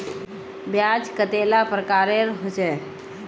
ब्याज कतेला प्रकारेर होचे?